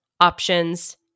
options